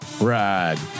ride